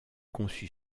conçu